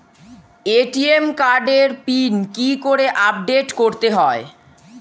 ATM কার্ডের pin কি করে আপডেট করতে হয়?